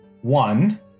one